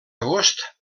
agost